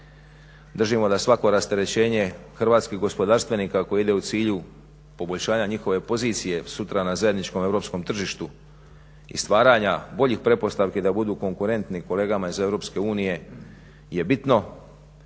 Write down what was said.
Držimo da svako rasterećenje hrvatskih gospodarstvenika koje ide u cilju poboljšanje njihove pozicije sutra na zajedničkom europskom tržištu i stvaranja boljih pretpostavki da budu konkurentni kolegama iz EU je bitno.